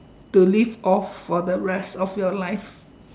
to live off for the rest of your life